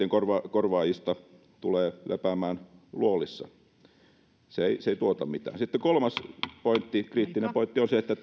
korvaajista tulee lepäämään luolissa ne eivät tuota mitään sitten kolmas pointti kriittinen pointti on se että